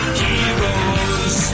heroes